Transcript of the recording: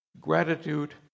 gratitude